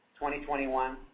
2021